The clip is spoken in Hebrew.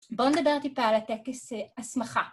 בואו נדבר טיפה על הטקס הסמכה.